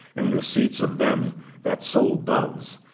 and the seats of them that sold doves,